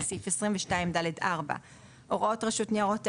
זה סעיף 22(ד)(4); הוראות רשות ניירות ערך,